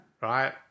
Right